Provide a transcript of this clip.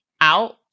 out